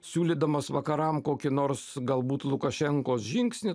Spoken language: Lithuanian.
siūlydamas vakaram kokį nors galbūt lukašenkos žingsnį